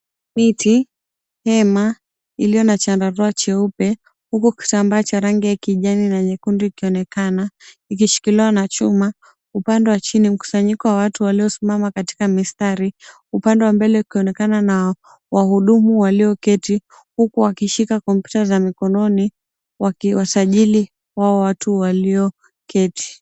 Miti, hema iliyo na chandarua cheupe. Huku kitambaa cha rangi ya kijani na nyekundu kikionekana, ikishikiliwa na chuma. Upande wa chini mkusanyiko wa watu waliosimama katika mistari. Upande wa mbele ukionekana na wahudumu walioketi, huku wakishika kompyuta za mikononi wakiwasajili wao watu walioketi.